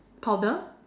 powder